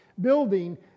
building